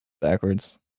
backwards